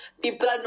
people